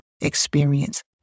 experience